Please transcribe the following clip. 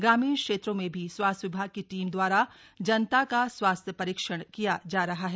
ग्रामीण क्षेत्रों में भी स्वास्थ्य विभाग की टीम द्वारा जनता का स्वास्थ्य परीक्षण किया जा रहा है